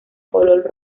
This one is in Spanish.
color